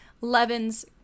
Levin's